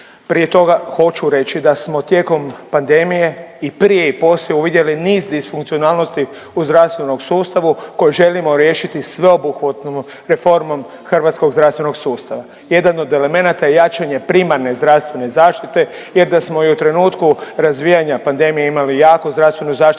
prije toga hoću reći da smo tijekom pandemije i prije i poslije uvidjeli niz disfunkcionalnosti u zdravstvenom sustavu koje želimo riješiti sveobuhvatnom reformom hrvatskog zdravstvenog sustava. Jedan od elemenata je jačanje primarne zdravstvene zaštite jer da smo i u trenutku razvijanja pandemije imali jaku zdravstvenu zaštitu